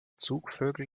zugvögel